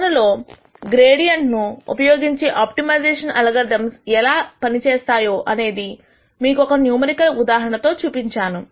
సాధనలో గ్రేడియంట్ ను ఉపయోగించే ఆప్టిమైజేషన్ అల్గోరిథమ్స్ ఎలా ఎలా పనిచేస్తాయో అనేది మీకొక న్యూమరికల్ ఉదాహరణ తో చూపించాను